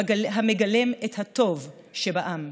המגלם את הטוב שבעם.